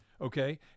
okay